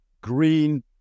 green